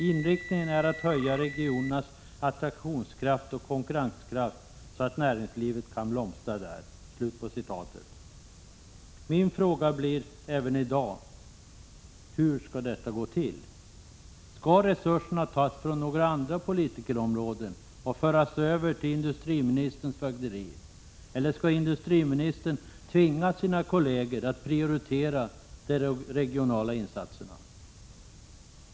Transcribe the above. Inriktningen är att höja regionernas attraktionskraft och konkurrenskraft, så att näringslivet kan blomstra där.” Min fråga är då som nu: Hur skall detta gå till? Skall resurser tas från några andra politikområden och föras över till industriministerns fögderi, eller skall industriministern tvinga sina kolleger att prioritera de regionala insatserna?